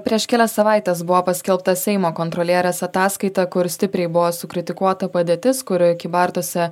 prieš kelias savaites buvo paskelbta seimo kontrolierės ataskaita kur stipriai buvo sukritikuota padėtis kurioj kybartuose